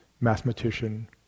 mathematician